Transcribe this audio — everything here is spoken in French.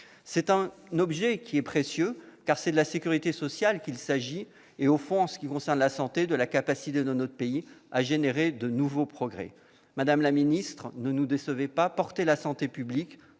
C'est un objet précieux, car il s'agit de la sécurité sociale et, au fond, pour ce qui concerne la santé, de la capacité de notre pays à réaliser de nouveaux progrès. Madame la ministre, ne nous décevez pas, portez la santé publique,